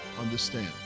understand